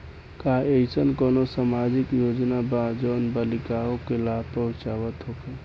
का एइसन कौनो सामाजिक योजना बा जउन बालिकाओं के लाभ पहुँचावत होखे?